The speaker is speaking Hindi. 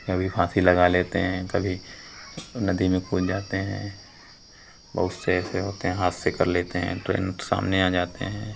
कभी फाँसी लगा लेते हैं कभी नदी में कूद जाते हैं बहुत से ऐसे होते हैं हादसे कर लेते हैं ट्रेन के सामने आ जाते हैं